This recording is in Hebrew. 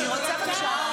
בלי סרבנות.